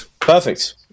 Perfect